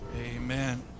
Amen